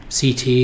CT